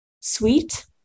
sweet